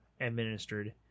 administered